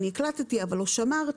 אני הקלטתי אבל לא שמרתי.